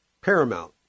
paramount